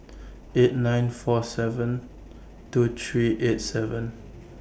eight nine four seven two three eight seven